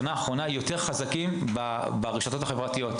בשנה האחרונה אנחנו גם יותר חזקים ברשתות החברתיות,